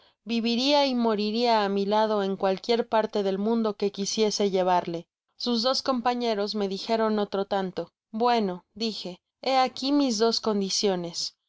viviria y moriria á mi lado en cualquier parta del mundo que quisiese llevarle sus dos companeros me dijeron otro tanto bueno dije hé aquí mis dos condiciones